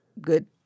good